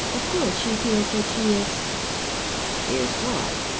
of course she feels that she is is what?